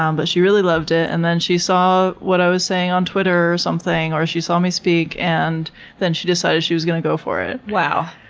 um but she really loved it, and then she saw what i was saying on twitter, or she saw me speak, and then she decided she was going to go for it. wow.